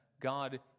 God